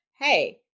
Hey